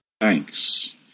Thanks